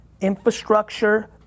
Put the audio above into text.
infrastructure